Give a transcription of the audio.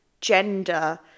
gender